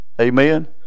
amen